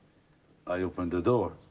i opened the door.